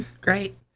Great